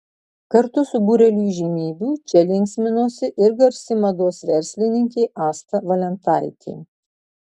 kartu su būreliu įžymybių čia linksminosi ir garsi mados verslininkė asta valentaitė